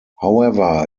however